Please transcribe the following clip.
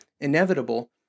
inevitable